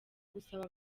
gusaba